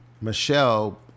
Michelle